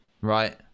Right